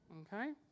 okay